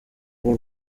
bw’u